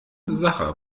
sache